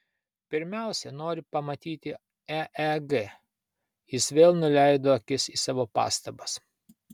pirmiausia nori pamatyti eeg jis vėl nuleido akis į savo pastabas